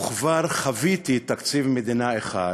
וכבר חוויתי תקציב מדינה אחד,